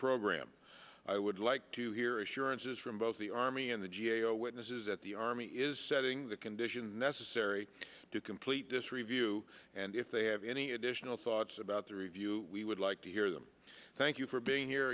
program i would like to hear assurances from both the army and the g a o witnesses that the army is setting the conditions necessary to complete this review and if they have any additional thoughts about the review we would like to hear them thank you for being here